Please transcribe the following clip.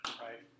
right